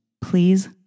Please